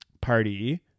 party